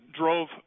drove